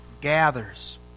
gathers